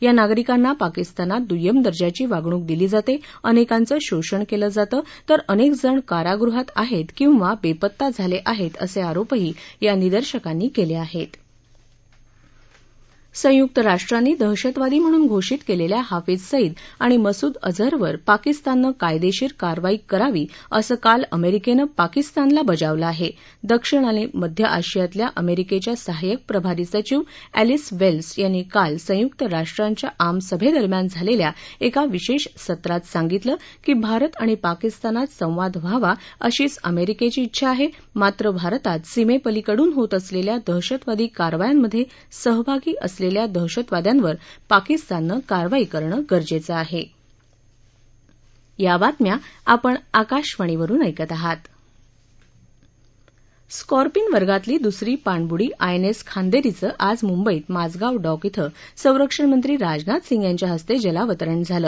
या नागरिकांना पाकिस्तानात दुय्यम दर्जाची वागणूक दिली जात अनक्विंचं शोषण क्विं जातं तर अनक्विं जण कारागृहात आहक्वीकिंवा बस्तिा झालक्व आहत्तीअसञारोपही या निदर्शकांनी कल्लिआहत्ती संयुक्त राष्ट्रांनी दहशतवादी म्हणून घोषित क्लिखिा हाफिज सईद आणि मसूद अझहरवर पाकिस्तानं कायदर्धीर कारवाई करावी असं काल अमरिकेती पाकिस्तानला बजावलं आहा द्वक्षिण आणि मध्य आशियातल्या अमरिकेती सहाय्यक प्रभारी सचिव अँलिस वस्ति यांनी काल संयुक राष्ट्रांच्या आमसभविम्यान झालखी एका विशा सत्रात सांगितलं की भारत आणि पाकिस्तानात संवाद व्हावा अशीच अमरिकेखी उठा आहाामात्र भारतात सीमांक्रीकडून होत असलखिा दहशातवादी कारवायांमध्यसिहभागी असलखिा दहशतवाद्यांवर पाकिस्ताननं कारवाई करणं गरजघ्ठीआहठठ स्कॉपिन वर्गातली दुसरी पाणबुडी आय एन एस खांद्वीचं आज मुंबईत माझगाव डॉक क्वे संरक्षणमंत्री राजनाथ सिंग यांच्या हस्ता जलावतरण झालं